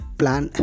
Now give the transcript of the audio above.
plan